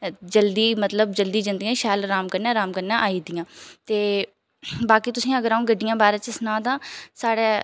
जल्दी मतलब जल्दी जंदियां शैल राम कन्नै राम कन्नै आई जंदियां ते बाकी तुसें ई अ'ऊं अगर गड्डियें बारै ई सनांऽ तां साढ़े